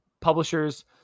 publishers